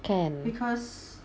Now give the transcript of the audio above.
kan